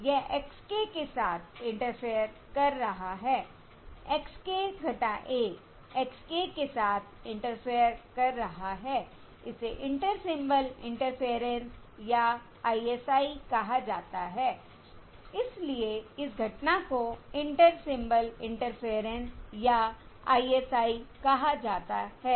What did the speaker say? यह x k के साथ इंटरफेयर कर रहा है x k 1 x k के साथ इंटरफेयर कर रहा है इसे इंटर सिंबल इंटरफेयरेंस या ISI कहा जाता है इसलिए इस घटना को इंटर सिंबल इंटरफेयरेंस या ISI कहा जाता है